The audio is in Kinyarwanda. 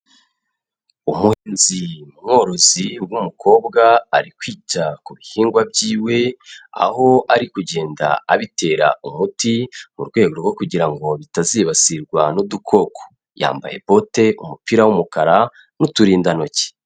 Umuhinzi mworozi w'umukobwa ari kwita ku bihingwa byiwe, aho ari kugenda abitera umuti mu rwego rwo kugira ngo bitazibasirwa n'udukoko, yambaye bote, umupira w'umukara n'uturindantoki.